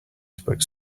spoke